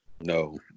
No